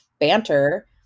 banter